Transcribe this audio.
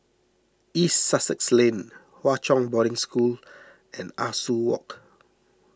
East Sussex Lane Hwa Chong Boarding School and Ah Soo Walk